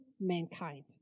mankind